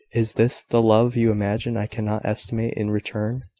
is this the love you imagine i cannot estimate and return?